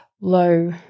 low